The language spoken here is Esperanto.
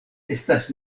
estas